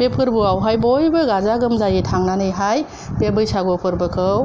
बे फोरबोआवहाय बयबो गाजा गोमजायै थांनानैहाय बे बैसागु फोरबोखौ